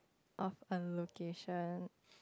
of a location